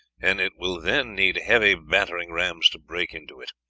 and it will then need heavy battering-rams to break into it.